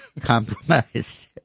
compromised